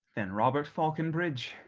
then, robert falconbridge,